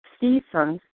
seasons